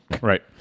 Right